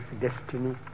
destiny